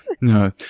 No